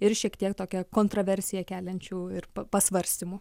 ir šiek tiek tokią kontroversiją keliančių ir pasvarstymų